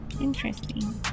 Interesting